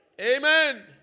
Amen